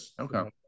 Okay